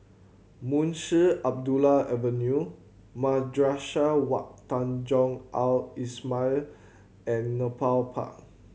Munshi Abdullah Avenue Madrasah Wak Tanjong Al Islamiah and Nepal Park